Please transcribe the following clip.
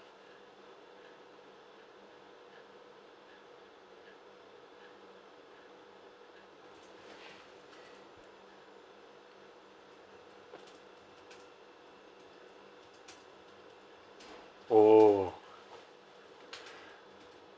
!oh!